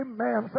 Amen